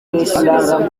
igisubizo